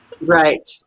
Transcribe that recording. Right